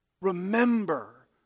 Remember